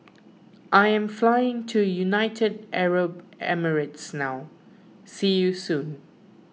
I am flying to United Arab Emirates now see you soon